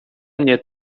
mnie